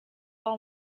all